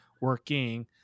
working